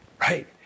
right